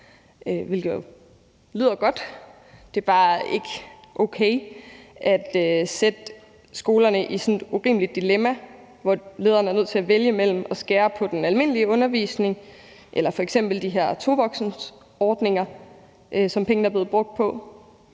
hvilket jo lyder godt, men det er bare ikke okay at sætte skolerne i sådan et urimeligt dilemma, hvor lederen er nødt til at vælge mellem at skære på den almindelige undervisning eller f.eks. de her tovoksenordninger, som pengene er blevet brugt på.